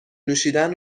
نوشیدن